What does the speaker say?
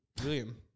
William